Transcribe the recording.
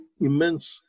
immense